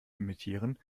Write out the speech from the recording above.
imitieren